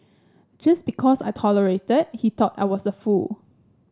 just because I tolerated he thought I was a fool